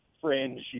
fringe